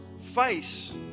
face